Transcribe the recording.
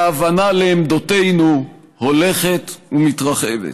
וההבנה לעמדותינו הולכת ומתרחבת.